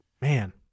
man